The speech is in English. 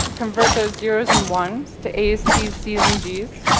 convert those zeroes and ones to a's, t's, c's and g's,